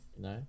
no